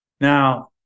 now